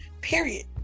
period